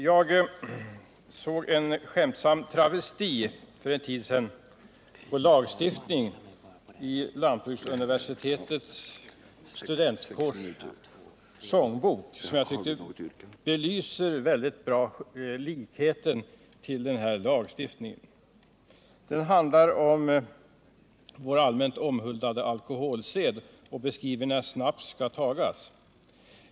Jag såg för en tid sedan en skämtsam travesti på lagstiftning i lantbruksuniversitetets studentkårs sångbok, som jag tycker har stora likheter med just fastighetsbildningslagstiftningens servitutsregler. Travestin handlar om vår allmänt omhuldade alkoholsed och beskriver när snaps skall tagas.